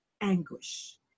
anguish